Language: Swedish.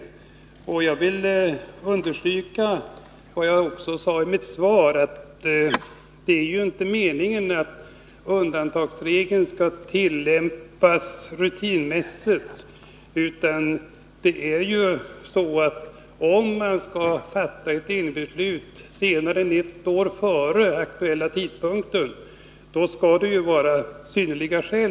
167 Jag vill understryka vad jag sade i mitt svar, dvs. att det inte är meningen att undantagsregeln skall tillämpas rutinmässigt. Om man skall fatta ett delningsbeslut senare än ett år före den aktuella tidpunkten skall det föreligga synnerliga skäl.